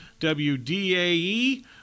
WDAE